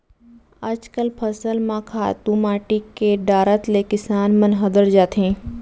आजकल फसल म खातू माटी के डारत ले किसान मन हदर जाथें